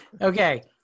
Okay